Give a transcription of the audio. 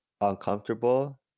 uncomfortable